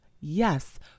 Yes